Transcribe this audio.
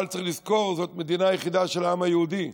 אבל צריך לזכור: זאת המדינה היחידה של העם היהודי.